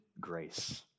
grace